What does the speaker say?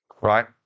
Right